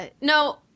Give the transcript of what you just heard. No